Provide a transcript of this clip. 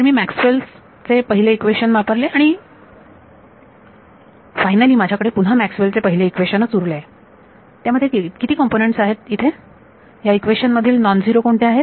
तर मी मॅक्सवेल पहिले इक्वेशनMaxwell's first equation वापरले आणि फायनली माझ्याकडे पुन्हा मॅक्सवेल चे पहिले इक्वेशनचMaxwell's first equation उरले त्यामध्ये किती कॉम्पोनन्ट आहे तिथे या इक्वेशन मधील नॉन झिरो कोणते आहेत